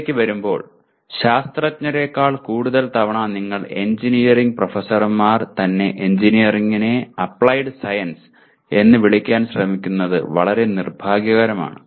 ഇതിലേക്ക് വരുമ്പോൾ ശാസ്ത്രജ്ഞരെക്കാൾ കൂടുതൽ തവണ നിങ്ങൾ എഞ്ചിനീയറിംഗ് പ്രൊഫസർമാർ തന്നെ എഞ്ചിനീയറിംഗിനെ അപ്ലൈഡ് സയൻസ് എന്ന് വിളിക്കാൻ ശ്രമിക്കുന്നത് വളരെ നിർഭാഗ്യകരമാണ്